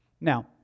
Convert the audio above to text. Now